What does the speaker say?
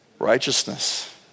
righteousness